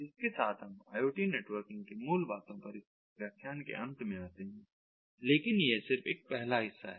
इसके साथ हम IoT नेटवर्किंग की मूल बातों पर इस व्याख्यान के अंत में आते हैं लेकिन यह सिर्फ एक पहला हिस्सा है